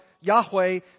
Yahweh